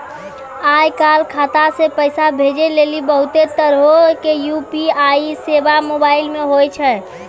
आय काल खाता से पैसा भेजै लेली बहुते तरहो के यू.पी.आई सेबा मोबाइल मे होय छै